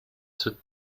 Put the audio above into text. sit